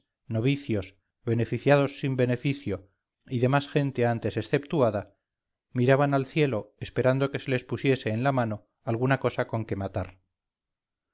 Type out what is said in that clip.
sacristanes novicios beneficiados sin beneficio y demás gente antes exceptuada miraban al cielo esperando que se les pusiese en la mano alguna cosa con que matar